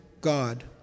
God